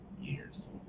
Years